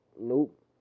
Nope